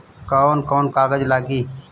कौन कौन कागज लागी?